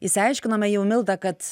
išsiaiškinome jau milda kad